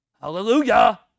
hallelujah